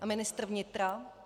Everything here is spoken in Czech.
A ministr vnitra?